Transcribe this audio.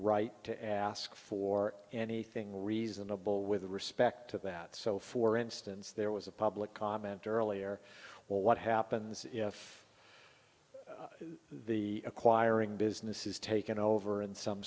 right to ask for anything reasonable with respect to that so for instance there was a public comment earlier well what happens if the acquiring business is taken over in some